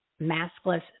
maskless